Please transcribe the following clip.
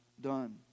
done